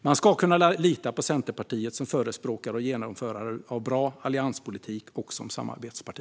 Man ska kunna lita på Centerpartiet som förespråkare och genomförare av bra allianspolitik och som samarbetsparti.